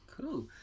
Cool